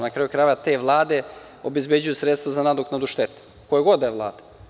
Na kraju krajeva te vlade obezbeđuju sredstva za nadoknadu štete, koja god da je vlada.